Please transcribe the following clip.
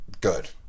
good